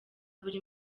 buri